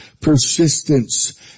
persistence